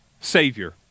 Savior